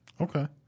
Okay